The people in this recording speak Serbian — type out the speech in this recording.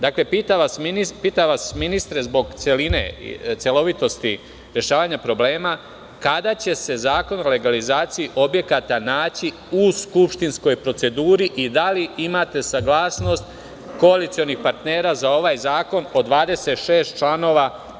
Dakle, pitam vas, ministre, zbog celovitosti rešavanja problema, kada će se zakon o legalizaciji objekata naći u skupštinskoj proceduri i da li imate saglasnost koalicionih partnera za ovaj zakon po 26 članova?